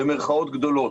במירכאות גדולות,